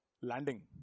Landing